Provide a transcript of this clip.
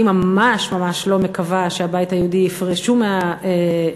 אני ממש ממש לא מקווה שהבית היהודי יפרשו מהממשלה.